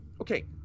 okay